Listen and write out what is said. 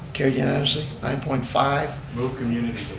carried unanimously. nine point five move community.